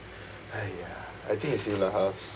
!haiya! I think it's you lah house